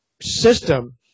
system